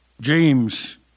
James